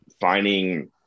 finding